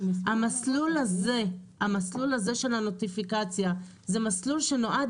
המסלול הזה של הנוטיפיקציה הוא מסלול שנועד